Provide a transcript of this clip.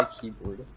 Keyboard